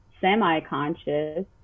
semi-conscious